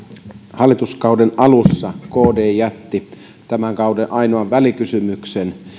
hallituskauden alussa kd jätti tämän kauden ainoan välikysymyksen